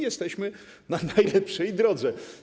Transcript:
Jesteśmy na najlepszej drodze.